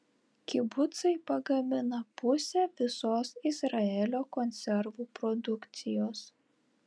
kibucai pagamina pusę visos izraelio konservų produkcijos